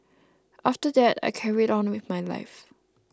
after that I carried on with my life